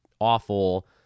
awful